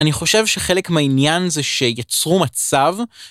אני חושב שחלק מהעניין זה שיצרו מצב...